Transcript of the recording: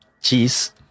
cheese